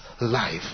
life